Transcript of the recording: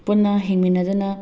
ꯄꯨꯟꯅ ꯍꯤꯡꯃꯤꯟꯅꯗꯨꯅ